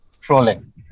trolling